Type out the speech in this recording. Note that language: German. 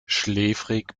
schläfrig